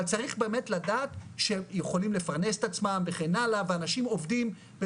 אבל צריך באמת לדעת שיכולים לפרנס את עצמם וכן הלאה ואנשים עובדים,